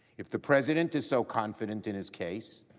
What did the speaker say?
if the president is so confident in his case.